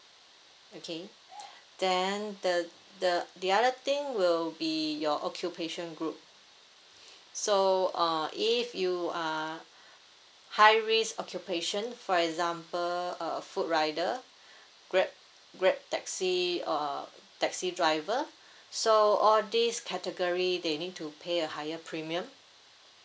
okay then the the the other thing will be your occupation group so uh if you are high risk occupation for example a food rider grab grab taxi uh taxi driver so all this category they need to pay a higher premium